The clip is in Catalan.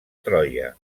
troia